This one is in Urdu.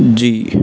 جی